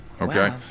okay